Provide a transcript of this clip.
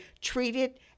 treated